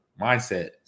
mindset